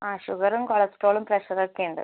ആ ഷുഗറും കൊളസ്ട്രോളും പ്രഷർ ഒക്കെ ഉണ്ട്